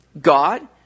God